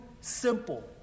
simple